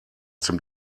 dem